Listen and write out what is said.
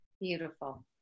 Beautiful